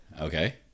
okay